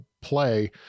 play